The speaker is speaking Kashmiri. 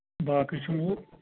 باقٕے چھُو